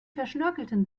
verschnörkelten